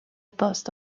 post